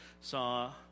Saw